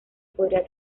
podría